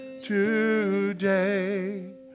Today